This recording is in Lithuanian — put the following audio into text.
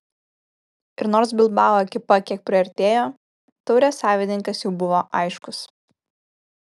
ir nors bilbao ekipa kiek priartėjo taurės savininkas jau buvo aiškus